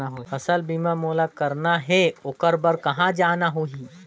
फसल बीमा मोला करना हे ओकर बार कहा जाना होही?